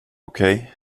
okej